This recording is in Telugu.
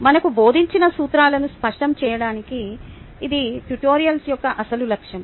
మనకు బోధించిన సూత్రాలను స్పష్టం చేయడానికి అది ట్యుటోరియల్స్ యొక్క అసలు లక్ష్యం